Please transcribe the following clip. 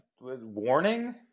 warning